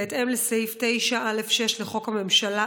בהתאם לסעיף 9(א)(6) לחוק הממשלה,